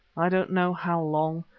i don't know how long,